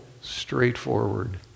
straightforward